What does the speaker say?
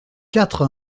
quatre